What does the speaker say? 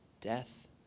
death